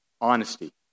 honesty